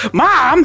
mom